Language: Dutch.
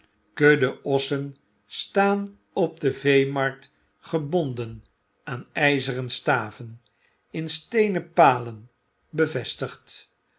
kudden ossen staan op de veemafkt gebonden aan yzeren staven in steenen palen bevestigd